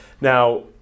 Now